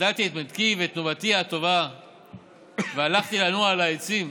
החדלתי את מתקי ואת תנובתי הטובה והלכתי לנוע על העצים.